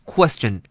Question